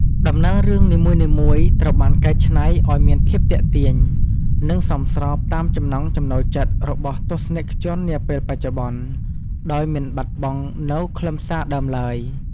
ដំណើររឿងនីមួយៗត្រូវបានកែច្នៃឲ្យមានភាពទាក់ទាញ និងសមស្របតាមចំណង់ចំណូលចិត្តរបស់ទស្សនិកជននាពេលបច្ចុប្បន្ន ដោយមិនបាត់បង់នូវខ្លឹមសារដើមឡើយ។